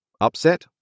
upset